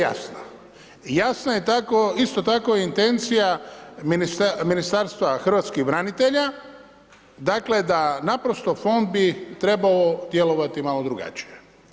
Jasna je tako isto tako i intencija Ministarstva hrvatskih branitelja dakle, da naprosto Fond bi trebao djelovati malo drugačije.